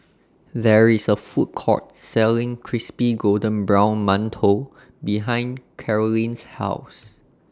There IS A Food Court Selling Crispy Golden Brown mantou behind Karolyn's House